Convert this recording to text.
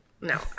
no